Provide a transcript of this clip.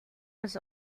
was